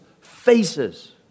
faces